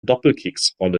doppelkeksrolle